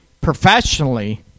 professionally